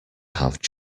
have